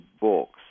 books